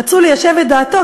רצו ליישב את דעתו,